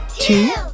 two